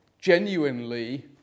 genuinely